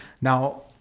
Now